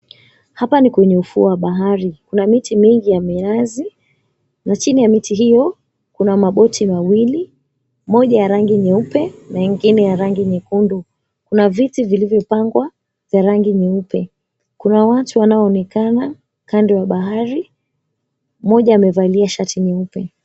Hapa ni kwenye ufuo wa bahari kuna miti mingi ya minazi na chini ya miti hii kuna maboti mawili moja ya rangi nyeupe na ingine ya rangi nyekundu. Kuna viti vilivyopangwa vya rangi nyeupe. Kuna watu wanaoonekana kando ya bahari mmoja amevalia shati nyeupe.